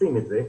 עושים את זה.